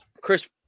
Chris